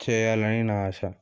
చేయాలని నా ఆశ